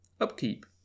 Upkeep